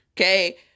Okay